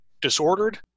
disordered